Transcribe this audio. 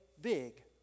big